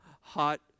hot